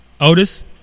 Otis